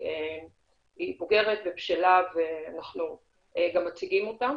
והיא בוגרת ובשלה ואנחנו גם מציגים אותה.